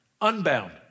unbound